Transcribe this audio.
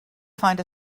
find